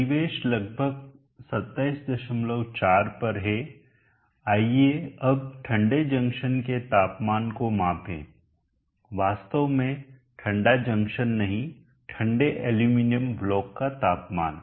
परिवेश लगभग 274 पर है आइए अब ठंडे जंक्शन के तापमान को मापें वास्तव में ठंडा जंक्शन नहीं ठंडे एल्यूमीनियम ब्लॉक का तापमान